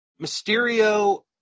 Mysterio